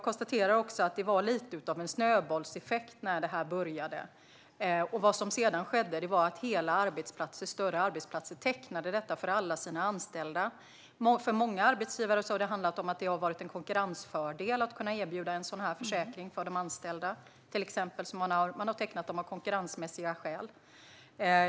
Det blev lite av en snöbollseffekt när det här började. Vad som sedan skedde var att hela större arbetsplatser tecknade detta för alla sina anställda. För många arbetsgivare har det varit en konkurrensfördel att kunna erbjuda en sådan här försäkring för de anställda, till exempel. Man har tecknat dem av konkurrensmässiga skäl.